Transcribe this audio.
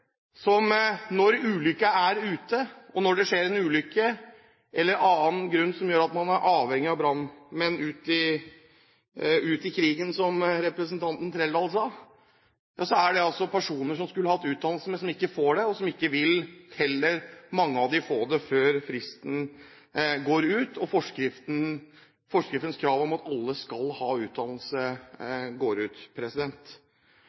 som når ulykken er ute, eller når vi har en annen grunn som gjør at man er avhengig av brannmenn «ute i krig», som representanten Trældal sa, skulle hatt utdannelse, men som ikke får det – og som, mange av dem, heller ikke vil få det før fristen går ut, og forskriftens krav om at alle skal ha utdannelse,